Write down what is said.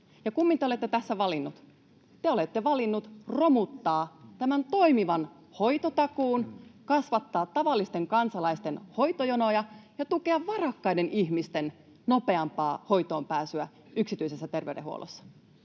ja kummin te olette tässä valinneet? Te olette valinneet romuttaa tämän toimivan hoitotakuun, kasvattaa tavallisten kansalaisten hoitojonoja ja tukea varakkaiden ihmisten nopeampaa hoitoonpääsyä yksityisessä terveydenhuollossa,